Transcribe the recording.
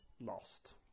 lost